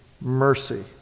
mercy